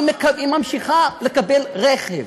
היא ממשיכה לקבל רכב.